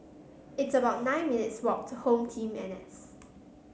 it's about nine minutes' walk to HomeTeam N S